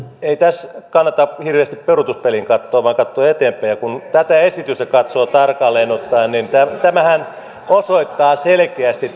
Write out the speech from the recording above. ei tässä kannata hirveästi peruutuspeiliin katsoa vaan kannattaa katsoa eteenpäin kun tätä esitystä katsoo tarkalleen ottaen niin tämä esityshän osoittaa selkeästi